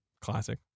Classic